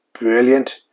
brilliant